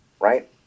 right